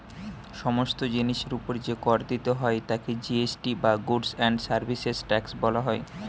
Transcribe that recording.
সমস্ত জিনিসের উপর যে কর দিতে হয় তাকে জি.এস.টি বা গুডস্ অ্যান্ড সার্ভিসেস ট্যাক্স বলা হয়